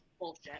Bullshit